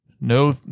no